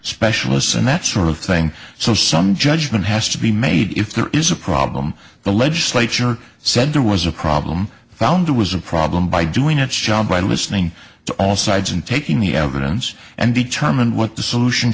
specialists and that sort of thing so some judgment has to be made if there is a problem the legislature said there was a problem found it was a problem by doing its job by listening to all sides and taking the evidence and determined what the solution